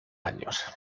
años